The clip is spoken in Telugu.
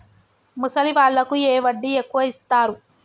ముసలి వాళ్ళకు ఏ వడ్డీ ఎక్కువ ఇస్తారు?